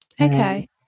okay